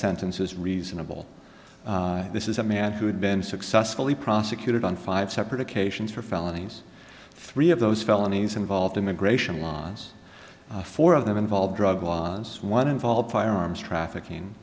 sentence is reasonable this is a man who had been successfully prosecuted on five separate occasions for felonies three of those felonies involved immigration was four of them involved drug laws one involved firearms trafficking